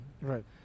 Right